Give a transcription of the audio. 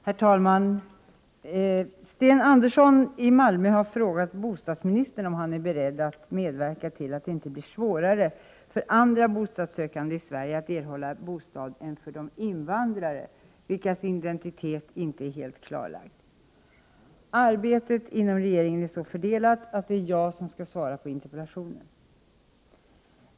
Herr talman! Sten Andersson i Malmö har frågat bostadsministern om han är beredd att medverka till att det inte blir svårare för andra bostadssökande i Sverige att erhålla bostad än för de invandrare vilkas identitet inte är helt klarlagd. Arbetet inom regeringen är så fördelat att det är jag som skall svara på interpellationen.